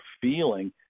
feeling